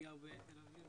אני גר בתל אביב,